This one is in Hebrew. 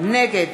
נגד